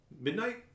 Midnight